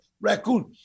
raccoon